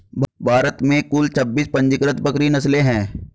भारत में कुल छब्बीस पंजीकृत बकरी नस्लें हैं